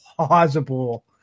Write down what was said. plausible